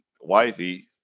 wifey